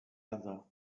other